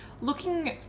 looking